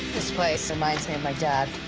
this place reminds me of my dad.